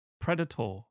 Predator